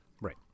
Right